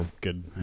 Good